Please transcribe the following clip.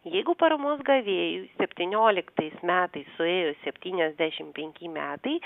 jeigu paramos gavėjui septynioliktais metais suėjo septyniasdešimt penki metai